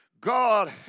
God